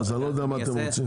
אני לא יודע מה אתם רוצים.